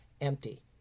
empty